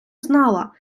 знала